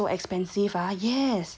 yes one house like so expensive ah yes yeah